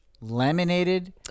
laminated